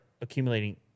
accumulating